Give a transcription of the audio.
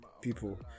people